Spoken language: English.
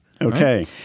Okay